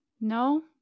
No